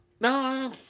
No